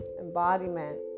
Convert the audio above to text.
embodiment